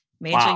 Major